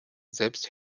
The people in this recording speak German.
selbst